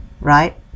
Right